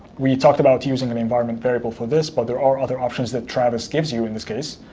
we talked about using an environment variable for this, but there are other options that travis gives you in this case.